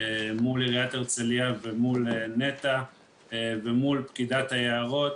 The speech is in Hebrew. מול עירית הרצליה ומול נת"ע ומול פקידת היערות